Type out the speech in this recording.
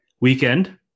weekend